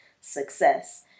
success